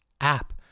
app